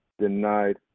denied